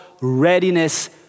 readiness